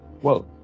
Whoa